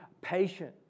patient